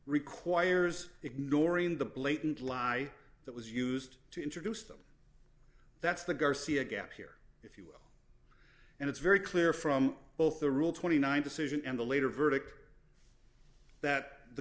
requires ignoring the blatant lie that was used to introduce them that's the garcia gap here and it's very clear from both the rule twenty nine decision and the later verdict that the